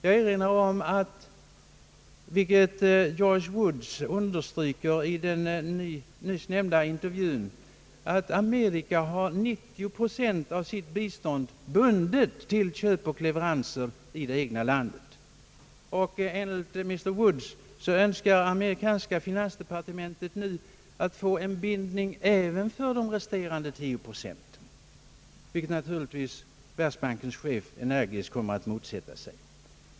I den nyssnämnda intervjun underströk George Woods att USA har 90 procent av sitt bistånd bundet till köp och leveranser i det egna landet. Enligt George Woods önskar amerikanska finansdepartementet nu få en bindning även för de resterande 10 procenten, vilket världsbankens chef naturligtvis energiskt motsätter sig.